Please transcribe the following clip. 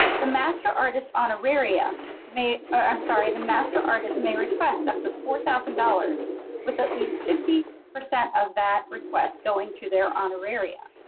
the master artist honoraria may i'm sorry the master artist may request up to four thousand dollars with at least fifty percent of that request going to their honoraria.